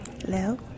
Hello